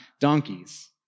donkeys